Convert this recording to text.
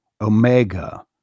Omega